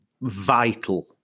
vital